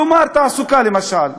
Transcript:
כלומר תעסוקה, למשל.